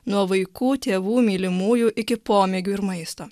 nuo vaikų tėvų mylimųjų iki pomėgių ir maisto